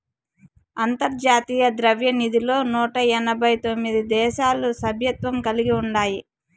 అంతర్జాతీయ ద్రవ్యనిధిలో నూట ఎనబై తొమిది దేశాలు సభ్యత్వం కలిగి ఉండాయి